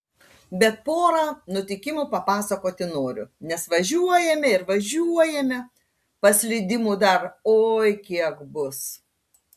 bet porą nutikimų papasakoti noriu nes važiuojame ir važiuojame paslydimų dar oi kiek bus